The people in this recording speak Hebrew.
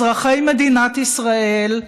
אזרחי מדינת ישראל,